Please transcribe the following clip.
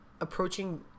approaching